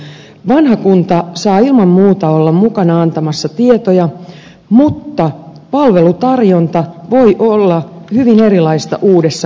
vanha kunta saa ilman muuta olla mukana antamassa tietoja mutta palvelutarjonta voi olla hyvin erilaista uudessa kunnassa